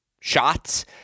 shots